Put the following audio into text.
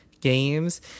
games